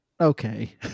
okay